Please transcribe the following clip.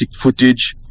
footage